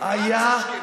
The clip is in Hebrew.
היה.